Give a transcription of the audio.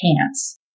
pants